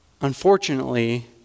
unfortunately